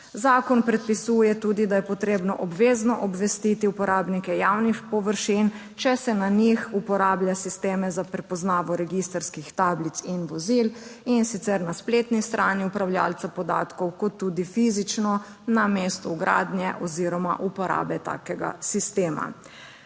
Zakon predpisuje tudi, da je potrebno obvezno obvestiti uporabnike javnih površin, če se na njih uporablja sisteme za prepoznavo registrskih tablic in vozil in sicer na spletni strani upravljavca podatkov kot tudi fizično na mestu gradnje oziroma uporabe takega sistema.